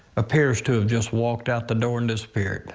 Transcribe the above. appears to have just walked out the door and despair.